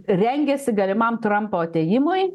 rengiasi galimam trumpo atėjimui